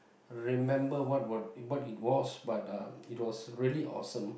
remember what it was but it was very awesome